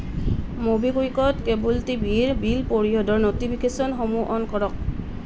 মোৰ এক kilogram Phalada pure and sure বুটৰ দাইল অৰ্ডাৰটোক পাঁচটা ষ্টাৰ হিচাপে ৰেট কৰা